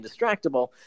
Indistractable